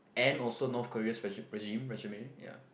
and also North Korea's regi~ regime regime ya